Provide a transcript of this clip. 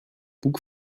bug